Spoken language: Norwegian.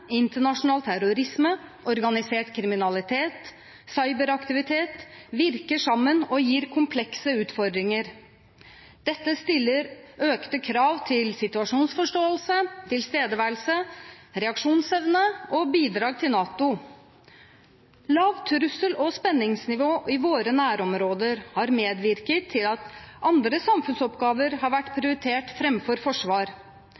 Internasjonal terrorisme, organisert kriminalitet og cyberaktivitet virker sammen og gir komplekse utfordringer. Dette stiller økte krav til situasjonsforståelse, tilstedeværelse, reaksjonsevne og bidrag til NATO. Lavt trussel- og spenningsnivå i våre nærområder har medvirket til at andre samfunnsoppgaver har vært prioritert framfor forsvar.